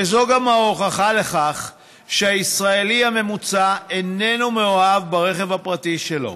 וזו גם ההוכחה לכך שהישראלי הממוצע איננו מאוהב ברכב הפרטי שלו,